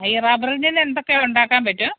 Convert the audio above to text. അയ്യോ റബ്ബറീനിന്നെന്തൊക്കെ ഉണ്ടാക്കാന് പറ്റും